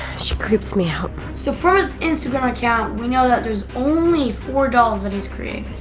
she creeps me out. so from his instagram account, we know that there's only four dolls that he's created.